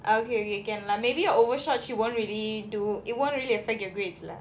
ah okay okay can lah maybe your overshot cheat won't really do it won't really affect your grades lah